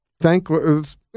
thankless